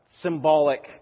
symbolic